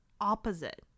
opposite